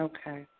Okay